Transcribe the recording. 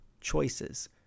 choices